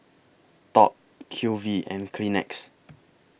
Top Q V and Kleenex